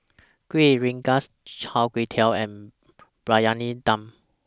Kuih Rengas Char Kway Teow and Briyani Dum